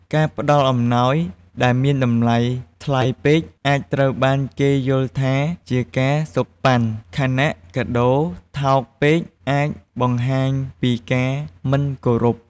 ការផ្តល់អំណោយដែលមានតម្លៃថ្លៃពេកអាចត្រូវបានគេយល់ថាជាការសូកប៉ាន់ ខណៈកាដូរថោកពេកអាចបង្ហាញពីការមិនគោរព។